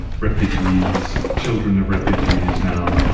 refugees, children of refugees now,